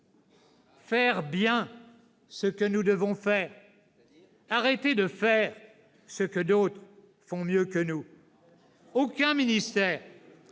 faire bien ce que nous devons faire et arrêter de faire ce que d'autres font mieux que nous. Aucun ministère,